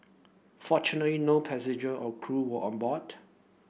fortunately no passenger or crew were on board